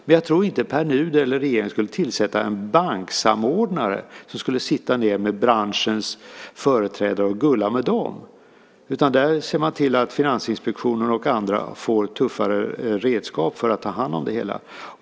Men jag tror inte att Pär Nuder eller regeringen skulle tillsätta en banksamordnare som skulle sitta ned med branschens företrädare och gulla med dem, utan man ser till att Finansinspektionen och andra får tuffare redskap för att ta hand om det hela.